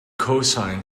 cosine